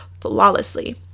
flawlessly